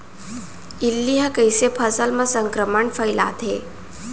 इल्ली ह कइसे फसल म संक्रमण फइलाथे?